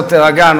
הצעות לסדר-היום